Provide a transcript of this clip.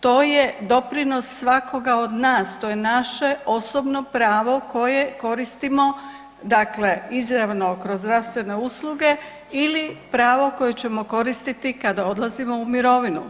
To je doprinos svakoga od nas, to je naše osobno pravo koje koristimo izravno kroz zdravstvene usluge ili pravo koje ćemo koristiti kada odlazimo u mirovinu.